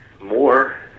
more